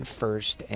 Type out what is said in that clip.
first